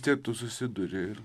kaip tu susiduri ir